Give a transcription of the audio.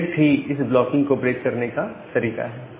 select ही इस blocking को ब्रेक करने का तरीका है